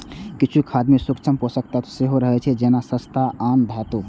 किछु खाद मे सूक्ष्म पोषक तत्व सेहो रहै छै, जेना जस्ता आ आन धातु